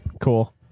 Cool